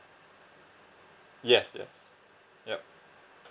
yes yes yup